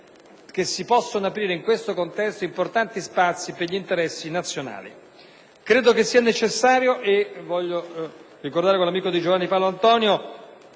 che si possano aprire in questo contesto importanti spazi per gli interessi nazionali. Credo sia necessario, voglio ricordarlo con l'amico senatore Di Giovan Paolo,